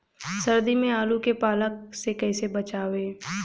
सर्दी में आलू के पाला से कैसे बचावें?